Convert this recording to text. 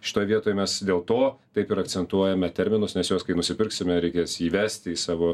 šitoj vietoj mes dėl to taip ir akcentuojame terminus nes juos kai nusipirksime reikės įvesti į savo